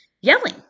yelling